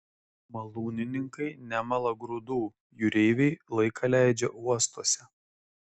malūnininkai nemala grūdų jūreiviai laiką leidžia uostuose